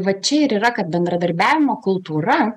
va čia ir yra kad bendradarbiavimo kultūra